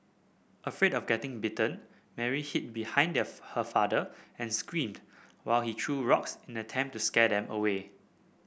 afraid of getting bitten Mary hid behind her father and screamed while he threw rocks in attempt to scare them away